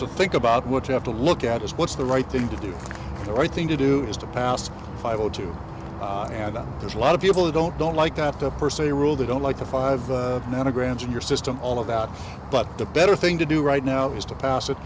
to think about what you have to look at is what's the right thing to do the right thing to do is to pass five o two now that there's a lot of people who don't don't like that the per se rule they don't like the five nanograms in your system all of the out but the better thing to do right now is to pass it